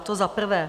To za prvé.